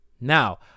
now